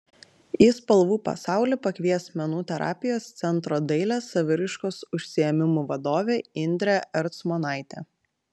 į spalvų pasaulį pakvies menų terapijos centro dailės saviraiškos užsiėmimų vadovė indrė ercmonaitė